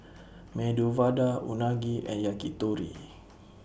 Medu Vada Unagi and Yakitori